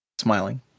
smiling